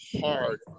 hard